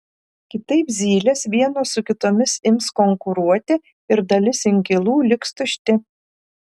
kitaip zylės vienos su kitomis ims konkuruoti ir dalis inkilų liks tušti